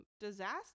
disaster